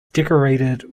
decorated